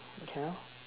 okay